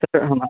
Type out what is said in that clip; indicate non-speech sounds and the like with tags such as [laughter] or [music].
sir [unintelligible]